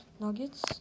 Nuggets